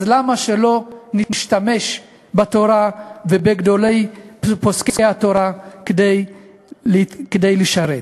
אז למה שלא נשתמש בתורה ובגדול פוסקי התורה כדי לשרת?